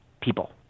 people